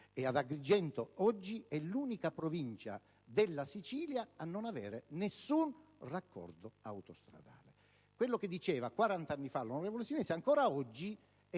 Agrigento oggi è l'unica Provincia della Sicilia a non avere nessun raccordo autostradale. Quello che diceva 40 anni fa l'onorevole Sinesio ancora oggi